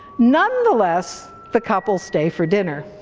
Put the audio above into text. nonetheless, the couple stay for dinner.